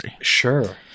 Sure